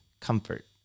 comfort